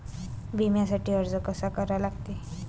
बिम्यासाठी अर्ज कसा करा लागते?